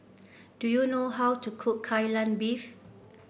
do you know how to cook Kai Lan Beef